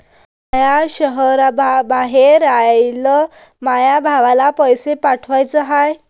माया शैहराबाहेर रायनाऱ्या माया भावाला पैसे पाठवाचे हाय